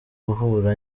guhura